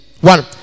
one